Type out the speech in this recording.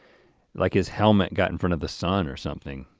like his helmet got in front of the sun or something.